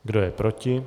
Kdo je proti?